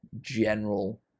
general